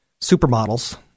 supermodels